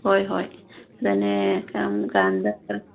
ꯍꯣꯏ ꯍꯣꯏ ꯑꯗꯨꯅꯦ ꯀꯔꯝ ꯀꯥꯟꯗ